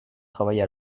travailler